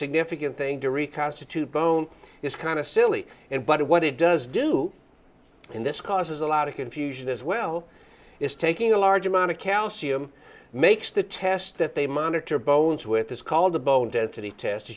significant thing to reconstitute bone is kind of silly and but what it does do in this causes a lot of confusion as well is taking a large amount of calcium makes the test that they monitor bones with is called the bone density test